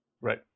Right